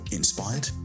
Inspired